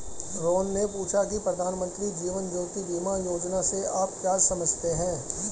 रोहन ने पूछा की प्रधानमंत्री जीवन ज्योति बीमा योजना से आप क्या समझते हैं?